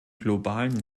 globalen